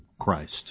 Christ